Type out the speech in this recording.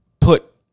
put